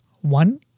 One